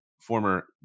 former